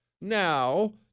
Now